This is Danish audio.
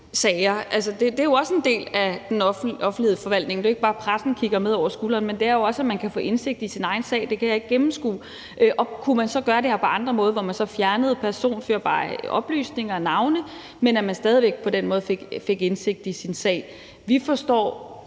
sager? Det er jo også en del af den offentlige forvaltning. Det handler ikke bare om, at pressen kigger med over skulderen, men også om, at man kan få indsigt i sin egen sag. Det er noget, jeg ikke kan gennemskue. Kunne man så gøre det her på andre måder, f.eks. ved at man fjernede personhenførbare oplysninger og navne, men stadig væk kunne få indsigt i sin sag? Vi forstår